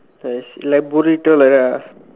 nice like buritto like that ah